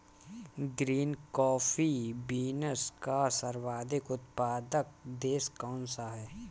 Green coffee beans का सर्वाधिक उत्पादक देश कौन सा है?